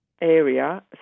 area